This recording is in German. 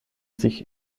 sich